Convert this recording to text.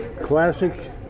classic